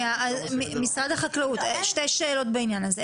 משרד החקלאות, שתי שאלות בעניין הזה.